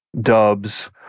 Dubs